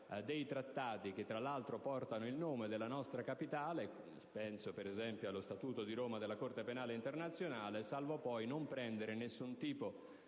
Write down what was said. dei trattati (che, tra l'altro, portano il nome della nostra Capitale: penso, per esempio, allo Statuto di Roma della Corte penale internazionale), salvo poi non prendere nessun tipo di